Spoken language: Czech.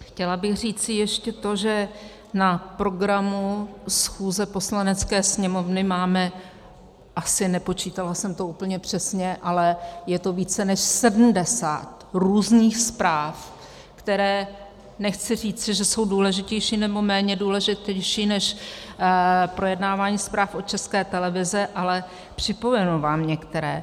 Chtěla bych říci ještě to, že na programu schůze Poslanecké sněmovny máme asi, nepočítala jsem to úplně přesně, ale je to více než sedmdesát různých zpráv, které nechci říci, že jsou důležitější nebo méně důležité než projednávání zpráv o České televizi, ale připomenu vám některé.